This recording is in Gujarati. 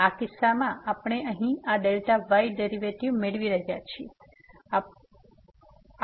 તેથી આ કિસ્સામાં આપણે અહીં આ Δy ડેરીવેટીવ મેળવી રહ્યા છીએ આપણે આ Δy મેળવી રહ્યા છીએ